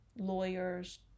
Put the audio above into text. lawyers